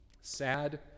sad